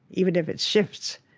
even if it shifts,